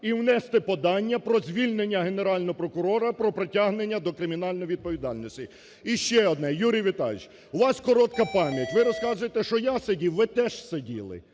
і внести подання про звільнення Генерального прокурора, про притягнення до кримінальної відповідальності. І ще одне, Юрій Віталійович, у вас коротка пам'ять. Ви розказуєте, що я сидів, ви теж сиділи.